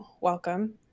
Welcome